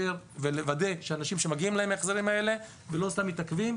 ולוודא שלאנשים שמגיעים להם ההחזרים האלה ולא סתם מתעכבים,